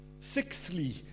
Sixthly